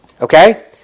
Okay